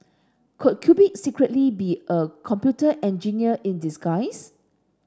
could Cupid secretly be a computer engineer in disguise